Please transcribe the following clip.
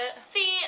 See